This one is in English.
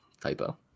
typo